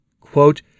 quote